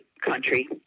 country